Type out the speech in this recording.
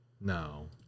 No